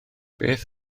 beth